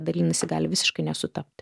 dalinasi gali visiškai nesutapti